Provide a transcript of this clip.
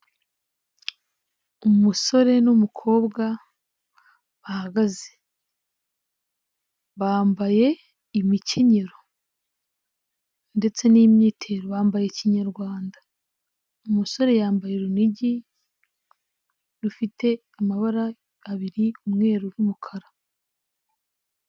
Umusore n'umukobwa, bahagaze. Bambaye imikenyero, ndetse n'imyitero bambaye kinyarwanda. Umusore yambaye urunigi, rufite amabara abiri umweru n'umukara.